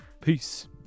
Peace